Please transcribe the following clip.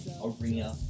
arena